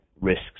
risks